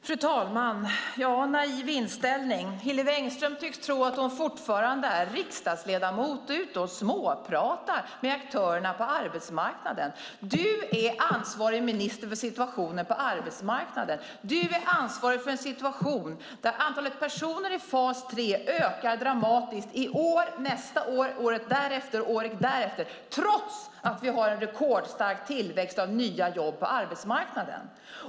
Fru talman! Hillevi Engström tycks tro att hon fortfarande är riksdagsledamot och ute och småpratar med aktörerna på arbetsmarknaden. Du är ansvarig minister för situationen på arbetsmarknaden, Hillevi Engström. Du är ansvarig för en situation där antalet personer i fas 3 ökar dramatiskt i år, nästa år, året därefter och året därpå, trots att vi har en rekordstark tillväxt av nya jobb på arbetsmarknaden.